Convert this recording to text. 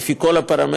לפי כל הפרמטרים,